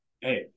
hey